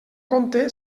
compte